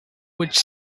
which